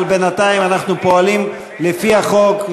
אבל בינתיים אנחנו פועלים לפי החוק.